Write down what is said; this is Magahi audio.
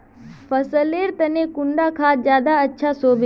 फसल लेर तने कुंडा खाद ज्यादा अच्छा सोबे?